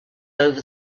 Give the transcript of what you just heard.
over